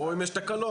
אם יש תקלות,